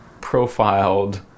profiled